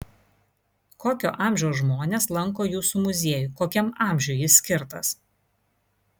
kokio amžiaus žmonės lanko jūsų muziejų kokiam amžiui jis skirtas